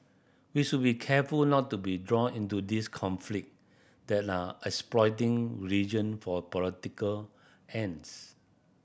we should be careful not to be drawn into these conflict that are exploiting religion for political ends